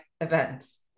events